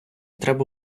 треба